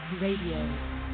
Radio